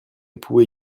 époux